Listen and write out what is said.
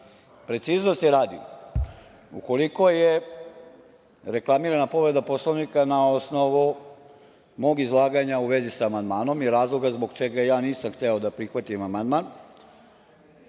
preciznosti radi, ukoliko je reklamirana povreda Poslovnika na osnovu mog izlaganja u vezi sa amandmanom i razloga zbog čega ja nisam hteo da prihvatim amandman,